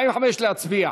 להצביע.